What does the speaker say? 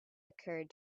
occurred